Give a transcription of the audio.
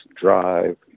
drive